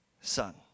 son